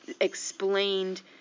explained